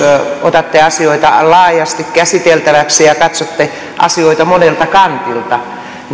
otatte asioita laajasti käsiteltäväksi ja ja katsotte asioita monelta kantilta niin